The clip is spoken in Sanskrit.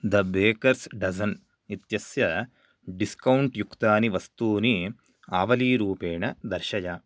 द बेकर्स् डसन् इत्यस्य डिस्कौण्ट् युक्तानि वस्तूनि आवलीरूपेण दर्शय